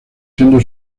siendo